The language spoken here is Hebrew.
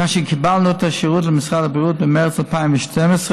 כאשר קיבלנו את השירות למשרד הבריאות במרס 2012,